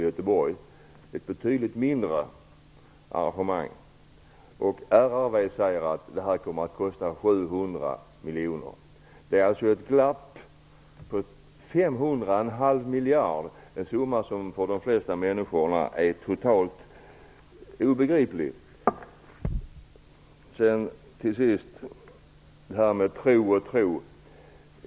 Det var ett betydligt mindre arrangemang. RRV säger att det här kommer att kosta 700 miljoner. Det är alltså ett glapp på 500 miljoner, en halv miljard. Det är en summa som för de flesta människor är totalt obegriplig.